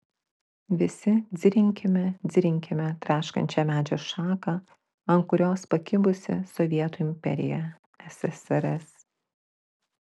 visi dzirinkime dzirinkime traškančią medžio šaką ant kurios pakibusi sovietų imperija ssrs